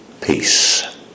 peace